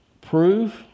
Prove